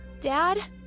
Dad